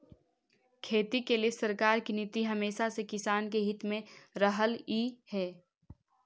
खेती के लिए सरकार की नीति हमेशा से किसान के हित में रहलई हे